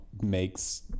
Makes